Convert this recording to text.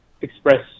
express